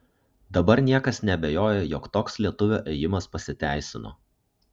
dabar niekas neabejoja jog toks lietuvio ėjimas pasiteisino